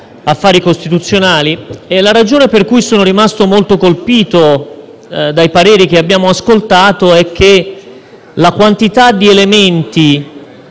affari costituzionali. La ragione per cui sono rimasto molto colpito dai pareri che abbiamo ascoltato è che la quantità di elementi